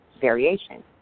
variation